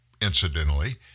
incidentally